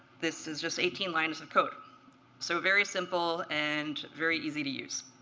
this is just eighteen lines of code so very simple and very easy to use.